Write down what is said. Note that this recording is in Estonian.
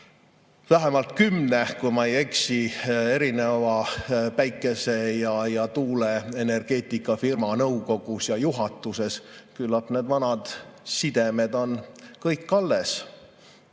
vähemalt kümne, kui ma ei eksi, erineva päikese- ja tuuleenergeetikafirma nõukogus ja juhatuses. Küllap need vanad sidemed on kõik alles.